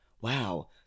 wow